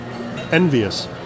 envious